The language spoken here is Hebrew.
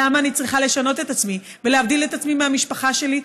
למה אני צריכה לשנות את עצמי ולהבדיל את עצמי מהמשפחה שלי?